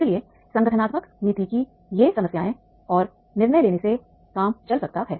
इसलिए संगठनात्मक नीति की ये समस्याएं और निर्णय लेने से काम चल सकता है